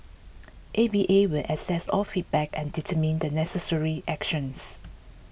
A V A will assess all feedback and determine the necessary actions